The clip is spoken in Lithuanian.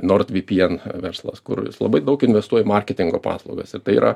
nordvpn verslas kur jis labai daug investuoja į marketingo paslaugas ir tai yra